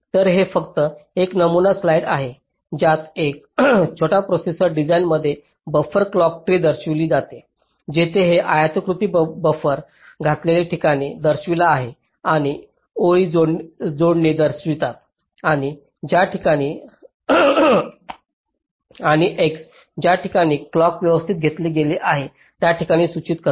तर हे फक्त एक नमुना स्लाइड आहे ज्यात एका छोट्या प्रोसेसर डिझाइनमध्ये बफर क्लॉक ट्री दर्शविली जाते जिथे हे आयताकृती बफर घातलेल्या ठिकाणी दर्शवितात आणि ओळी जोडणी दर्शवितात आणि x ज्या ठिकाणी क्लॉक व्यवस्थित घेतले गेले आहे त्या ठिकाणांना सूचित करते